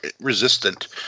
resistant